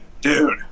Dude